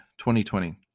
2020